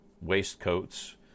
waistcoats